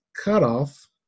cutoff